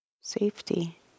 Safety